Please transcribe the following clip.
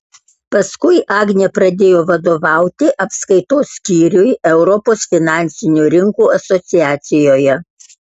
paskui agnė pradėjo vadovauti apskaitos skyriui europos finansinių rinkų asociacijoje